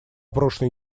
прошлой